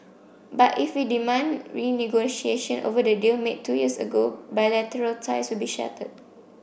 but if we demand renegotiation over the deal made two years ago bilateral ties will be shattered